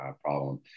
problem